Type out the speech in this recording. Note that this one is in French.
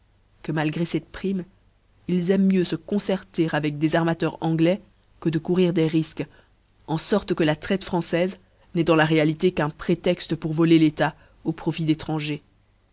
que malgré cette prime ils aiment mieux fe concerter avec des armateurs ajnglois que de courir des rifqués enforte que la traite françoife n'eft dans la réalité qu'un prérexte pour voler l'etat au profit d'etrangers